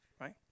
right